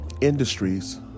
industries